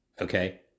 okay